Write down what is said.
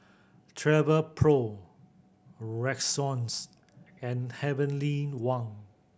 Travelpro Rexona and Heavenly Wang